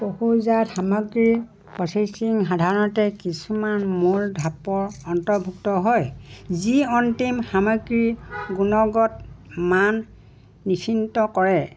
পশুৰ জাত সামগ্ৰীৰ প্ৰচেচিং সাধাৰণতে কিছুমান মূল ঢাপৰ অন্তৰ্ভুক্ত হয় যি অন্তিম সামগ্ৰীৰ গুণগত মান নিশ্চিন্ত কৰে